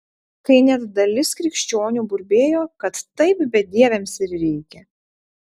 kai net dalis krikščionių burbėjo kad taip bedieviams ir reikia